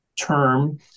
term